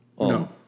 No